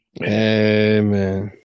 Amen